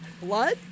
blood